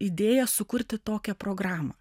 idėja sukurti tokią programą